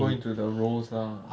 go into the roles ah